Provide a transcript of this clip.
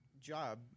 job